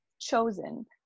chosen